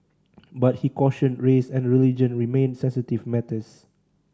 but he cautioned race and religion remained sensitive matters